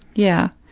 yeah,